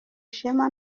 ishema